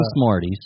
Smarties